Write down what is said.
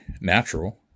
natural